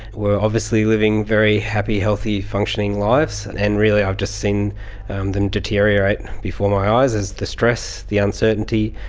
were obviously living very happy, healthy, functioning lives and and really i've just seen them deteriorate before my eyes as the stress, the uncertainty,